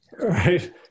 Right